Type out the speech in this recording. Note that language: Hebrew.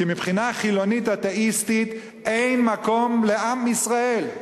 כי מבחינה חילונית אתאיסטית אין מקום לעם ישראל.